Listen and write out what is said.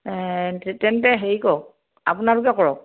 ঠিক তেন্তে হেৰি কৰক আপোনালোকে কৰক